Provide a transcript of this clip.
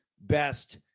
best